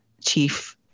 chief